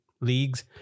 leagues